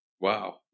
Wow